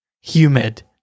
humid